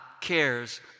cares